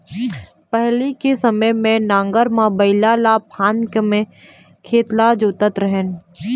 पहिली के समे म नांगर म बइला ल फांद के म खेत ल जोतत रेहेन